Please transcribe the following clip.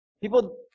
people